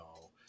no